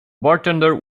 bartender